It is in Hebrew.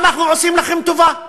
אנחנו עושים לכם טובה.